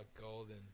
golden